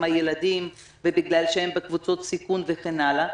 הילדים ובגלל שהם בקבוצות סיכון וכן הלאה.